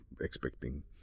expecting